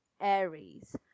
Aries